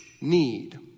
need